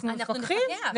אנחנו מפקחים.